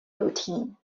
routine